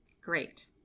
Great